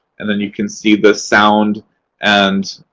and then you can see the sound and